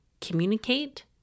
communicate